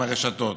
עם הרשתות?